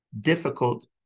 difficult